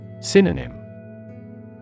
Synonym